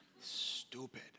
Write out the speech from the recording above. Stupid